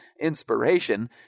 inspiration